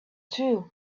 too